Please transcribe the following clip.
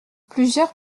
plusieurs